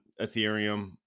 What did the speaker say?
ethereum